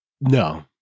No